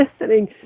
Listening